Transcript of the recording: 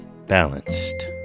Balanced